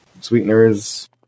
sweeteners